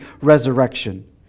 resurrection